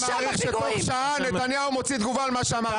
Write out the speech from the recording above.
אני מעריך שתוך שעה נתניהו מוציא תגובה על מה שאמרת עכשיו.